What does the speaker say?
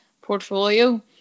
portfolio